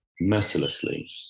mercilessly